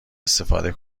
استفاده